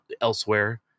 elsewhere